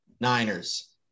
Niners